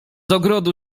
ogrodu